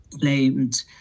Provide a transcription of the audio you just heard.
claimed